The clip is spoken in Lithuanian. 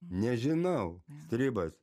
nežinau stribas